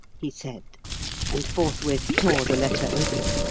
he said and forthwith tore the letter open.